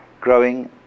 growing